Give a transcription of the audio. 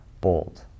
bold